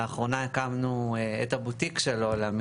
לאחרונה הקמנו את "הבוטיק של לולה",